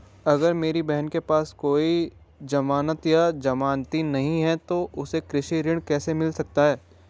अगर मेरी बहन के पास कोई जमानत या जमानती नहीं है तो उसे कृषि ऋण कैसे मिल सकता है?